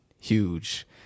huge